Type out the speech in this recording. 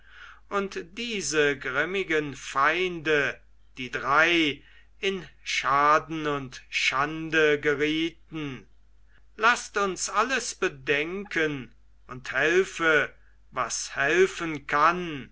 und diese grimmigen feinde die drei in schaden und schande gerieten laßt uns alles bedenken und helfe was helfen kann